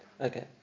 Okay